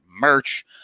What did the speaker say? merch